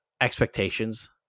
expectations